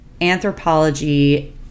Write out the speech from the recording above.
anthropology